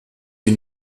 die